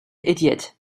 idiot